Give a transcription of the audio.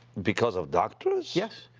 because of doctors? yes!